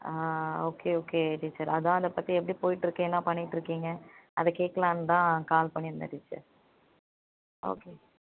ஆ okay okay teacher அதான் அதைப்பத்தி எப்படி போயிட்டுருக்கு என்ன பண்ணிட்டுருக்கீங்க அது கேட்குலாந்தான் கால் பண்ணிருந்தேன் டீச்சர் ஓகே